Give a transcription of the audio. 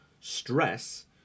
Stress